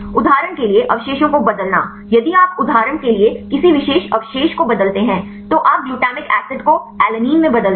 उदाहरण के लिए अवशेषों को बदलना यदि आप उदाहरण के लिए किसी विशेष अवशेष को बदलते हैं तो आप ग्लूटामिक एसिड को ऐलेनिन में बदलते हैं